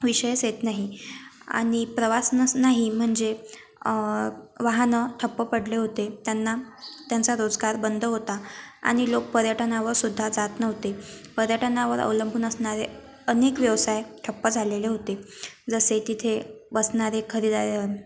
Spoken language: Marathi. विषयच येत नाही आणि प्रवास नस नाही म्हणजे वाहनं ठप्प पडले होते त्यांना त्यांचा रोजगार बंद होता आणि लोक पर्यटनावरसुद्धा जात नव्हते पर्यटनावर अवलंबून असणारे अनेक व्यवसाय ठप्प झालेले होते जसे तिथे बसणारे